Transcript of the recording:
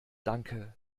danke